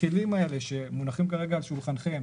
הכלים האלה שמונחים כרגע על שולחנכם,